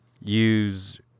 use